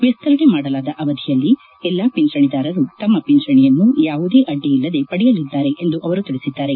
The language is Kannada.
ವಿಸ್ತರಣೆ ಮಾಡಲಾದ ಅವಧಿಯಲ್ಲಿ ಎಲ್ಲಾ ಪಿಂಚಣಿದಾರರು ತಮ್ಮ ಪಿಂಚಣಿಯನ್ನು ಯಾವುದೇ ಅಡ್ಡಿಯಿಲ್ಲದೇ ಪಡೆಯಲಿದ್ದಾರೆ ಎಂದು ಅವರು ತಿಳಿಸಿದ್ದಾರೆ